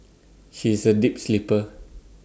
she is A deep sleeper